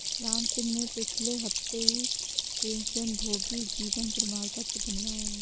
रामसिंह ने पिछले हफ्ते ही पेंशनभोगी जीवन प्रमाण पत्र बनवाया है